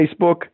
Facebook